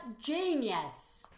genius